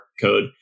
code